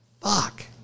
Fuck